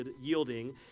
yielding